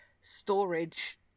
storage